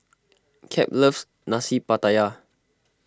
Cap loves Nasi Pattaya